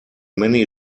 many